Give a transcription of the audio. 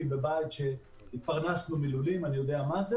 בבית שהתפרנסנו מלולים ואני יודע מה זה